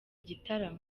gitaramo